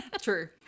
True